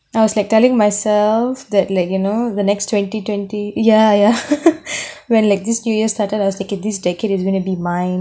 I was like telling myself that like you know the next twenty twenty ya ya when like this new year started I was like this decade is going to be mine